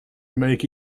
make